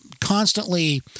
constantly